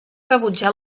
rebutjar